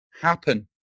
happen